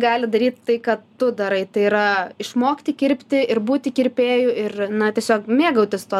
gali daryt tai ką tu darai tai yra išmokti kirpti ir būti kirpėju ir na tiesiog mėgautis tuo